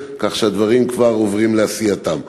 כך שהדברים כבר עוברים לעשייתם.